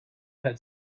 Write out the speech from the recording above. had